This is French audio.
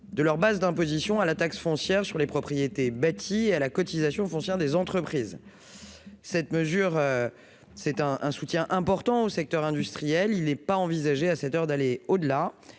de leurs bases d'imposition à la taxe foncière sur les propriétés bâties et à la cotisation foncière des entreprises, cette mesure c'est un un soutien important au secteur industriel, il n'est pas envisagé, à cette heure d'aller au-delà